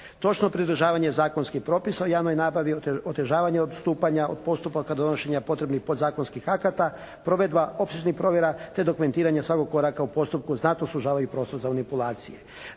Točno pridržavanje zakonskih propisa u javnoj nabavi, otežavanje odstupanja od postupaka donošenja potrebnih podzakonskih akata, provedba opsežnih provjera te dokumentiranje svakog koraka u postupku znatno sužavaju prostor za …/Govornik